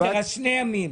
בסדר, אז שני ימים.